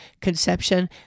conception